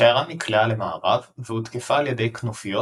השיירה נקלעה למארב, והותקפה על ידי כנופיות